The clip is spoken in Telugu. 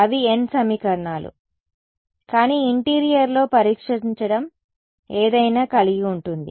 అవి n సమీకరణాలు కానీ ఇంటీరియర్లో పరీక్షించడం ఏదైనా కలిగి ఉంటుంది